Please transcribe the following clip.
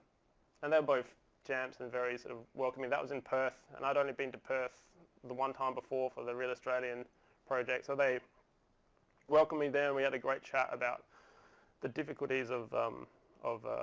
and they are both and very sort of welcoming. that was in perth. and i'd only been to perth the one time before for the real australian project. so they welcomed me there. and we had a great chat about the difficulties of of